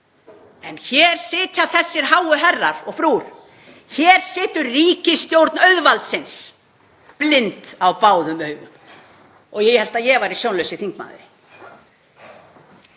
En hér sitja þessir háu herrar og frúr, hér situr ríkisstjórn auðvaldsins blind á báðum augum. Og ég hélt að ég væri sjónlausi þingmaðurinn.